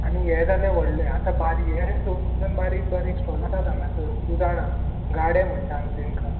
आनी हें जाले व्हडलें आतां बारी हें थंय वचून बारीक बारीक स्टॉल आसात हांगासर तूं जाणा गाडे म्हणटा आमी तेंकां